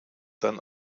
dann